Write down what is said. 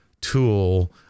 tool